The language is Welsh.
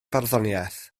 barddoniaeth